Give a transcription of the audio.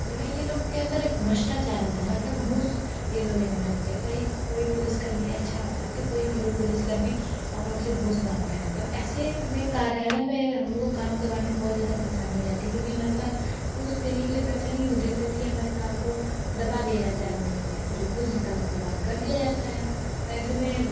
जो है यह लोग के अंदर एक भ्रष्टाचार आता है मतलब घूस यह लोग लेने लगते हैं कहीं कोई पुलिसकर्मी अच्छा होता है तो कोई पुलिसकर्मी हम लोग से घूस मांगता है तो ऐसे में कार्यालय में हमको काम करवाने में बहुत ज़्यादा परेशानी हो जाती क्योंकि हमारे पास घूस देने के लिए पैसे नहीं होते तो इसलिए हमारे काम को दबा दिया जाता है वहीं पर और जो घूस देता है उसका काम कर दिया जाता है तो ऐसे में